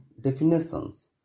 definitions